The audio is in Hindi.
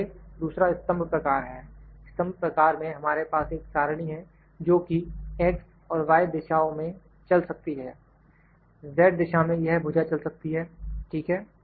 इसलिए दूसरा स्तंभ प्रकार है स्तंभ प्रकार में हमारे पास एक सारणी है जो कि X और Y दिशाओं में चल सकती है Z दिशा में यह भुजा चल सकती है ठीक है